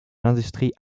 l’industrie